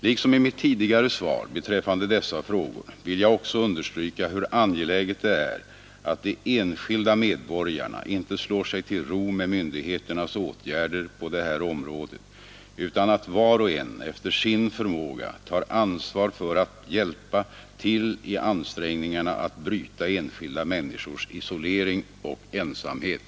Liksom i mitt tidigare svar beträffande dessa frågor vill jag också understryka hur angeläget det är att de enskilda medborgarna inte slår sig till ro med myndigheternas åtgärder på det här området utan att var och en efter sin förmåga tar ansvar för att hjälpa till i ansträngningarna att bryta enskilda människors isolering och ensamhet.